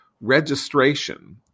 registration